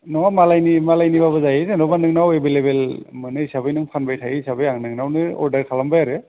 नङा मालायनि मालायनिबाबो जायो जेन'बा नोंनाव एभेलेबेल मोनो हिसाबै नों फानबाय थायो हिसाबै नोंनावनो अर्डार खालामबाय आरो